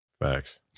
Facts